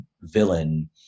villain